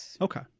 Okay